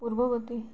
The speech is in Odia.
ପୂର୍ବବର୍ତ୍ତୀ